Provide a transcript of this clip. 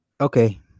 okay